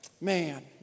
man